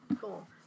Cool